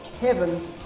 Kevin